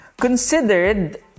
considered